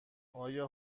آیا